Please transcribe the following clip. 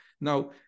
now